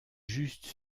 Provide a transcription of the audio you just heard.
juste